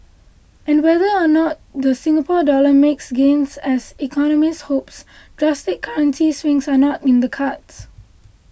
and whether or not the Singapore Dollar makes gains as economists hopes drastic currency swings are not in the cards